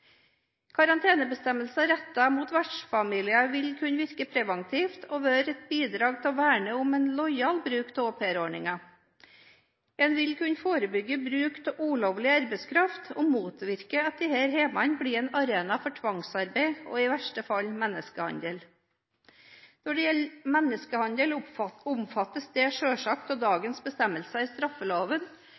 Karantenebestemmelser rettet mot vertsfamilier vil kunne virke preventivt og være et bidrag til å verne om en lojal bruk av aupairordningen. En vil kunne forebygge bruk av ulovlig arbeidskraft og motvirke at disse hjemmene blir en arena for tvangsarbeid og i verste fall menneskehandel. Når det gjelder menneskehandel, omfattes dette selvfølgelig av dagens bestemmelser i straffeloven